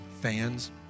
fans